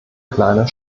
kleiner